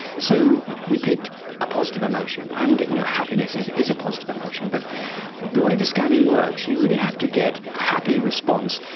so we picked a positive emotion, and you know happiness is is a positive emotion. but the way the scanning works, you really have to get a happy response,